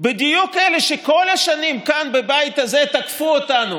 בדיוק אלה שכל השנים כאן בבית הזה תקפו אותנו